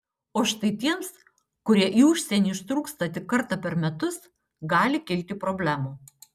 o štai tiems kurie į užsienį ištrūksta tik kartą per metus gali kilti problemų